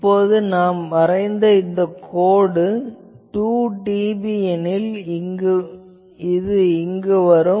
இப்போது நாம் வரைந்த இந்த கோடு 2dB எனில் இது இங்கு வரும்